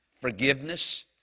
forgiveness